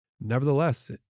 nevertheless